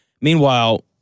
Meanwhile